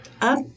up